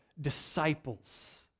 disciples